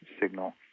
signal